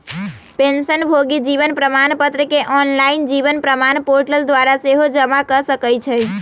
पेंशनभोगी जीवन प्रमाण पत्र के ऑनलाइन जीवन प्रमाण पोर्टल द्वारा सेहो जमा कऽ सकै छइ